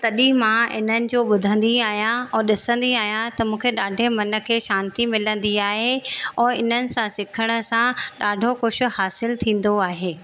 तॾहिं मां इननि जो ॿुधंदी आहियां और ॾिसंदी बि आहियां त मूंखे ॾाढे मन खे शांती मिलंदी आहे ऐं इननि सां सिखण सां ॾाढो कुझु हासिलु थींदो आहे